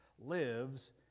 lives